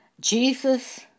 Jesus